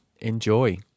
Enjoy